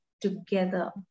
together